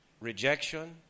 rejection